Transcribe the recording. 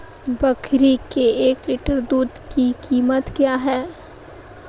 बकरी के एक लीटर दूध की कीमत क्या है?